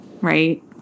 right